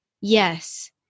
Yes